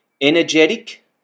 energetic